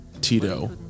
Tito